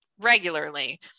regularly